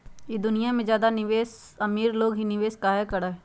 ई दुनिया में ज्यादा अमीर लोग ही निवेस काहे करई?